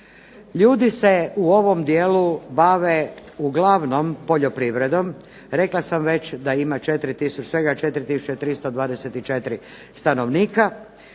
Ljudi se u ovom dijelu bave uglavnom poljoprivredom. Rekla sam već da ima svega 4324 stanovnika